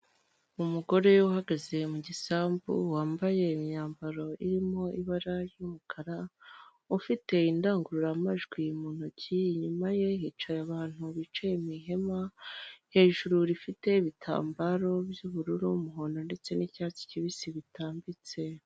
Umugore uhagaze mu gisambu, wambaye imyambaro irimo ibara ry'umukara, ufite indangururamajwi mu ntoki, inyuma ye hicaye abantu bicaye mu ihema hejuru rifite ibitambaro by'ubururu n'umuhondo ndetse n'icyatsi kibisi bitambitse.